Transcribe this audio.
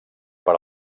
per